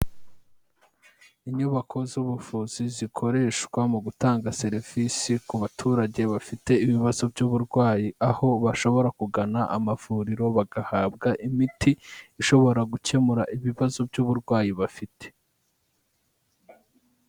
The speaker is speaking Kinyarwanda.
Inyubako z'ubuvuzi zikoreshwa mu gutanga serivisi ku baturage bafite ibibazo by'uburwayi aho bashobora kugana amavuriro bagahabwa imiti ishobora gukemura ibibazo by'uburwayi bafite.